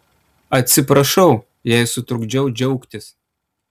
atsiprašau jei sutrukdžiau džiaugtis